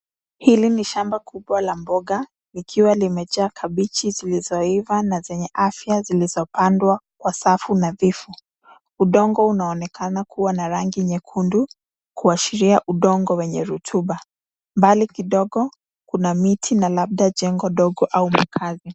Hili ni shamba kubwa la mboga likiwa limejaa kabichi zilizoiva na zenye afya zilizo pandwa kwa safu nadhifu. Udongo unaonekana kuwa na rangi nyekundu kuashiria udongo wenye rutuba. Mbali kidogo kuna miti na labda jengo dogo au makazi.